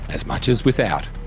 as much as without.